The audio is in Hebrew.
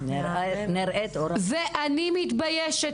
אני מתביישת.